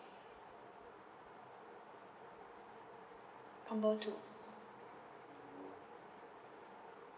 combo two